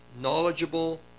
knowledgeable